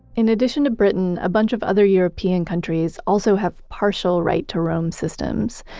in addition to britain, a bunch of other european countries also have partial right to roam systems.